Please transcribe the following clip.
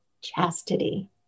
chastity